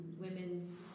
women's